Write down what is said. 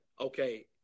okay